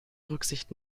rücksicht